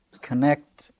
connect